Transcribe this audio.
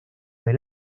del